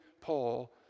Paul